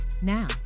Now